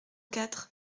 quatre